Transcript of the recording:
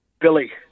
Billy